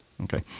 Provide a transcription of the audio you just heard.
Okay